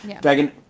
Dragon